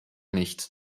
nicht